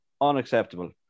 unacceptable